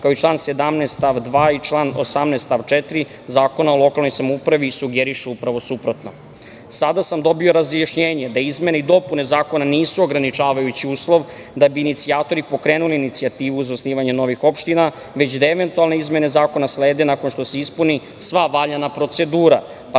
2. i član 18. stav 4. Zakona o lokalnoj samoupravi sugerišu upravo suprotno. Sada sam dobio razjašnjenje da izmene i dopune zakona nisu ograničavajući uslov da bi inicijatori pokrenuli inicijativu za osnivanje novih opština, već da eventualne izmene zakona slede nakon što se ispuni sva valjana procedura,